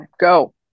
go